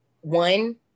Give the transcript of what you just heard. one